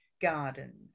garden